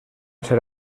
ser